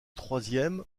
troisième